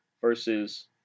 versus